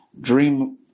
Dream